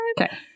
Okay